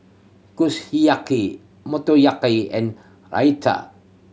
Kushiyaki Motoyaki and Raita